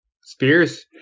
Spears